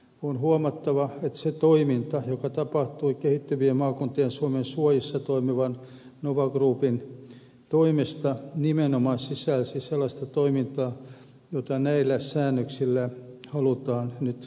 on huomattava että se toiminta joka tapahtui kehittyvien maakuntien suomen suojissa toimivan nova groupin toimesta sisälsi nimenomaan sellaista toimintaa jota näillä säännöksillä halutaan nyt kriminalisoida